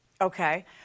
Okay